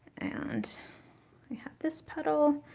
and we have this petal.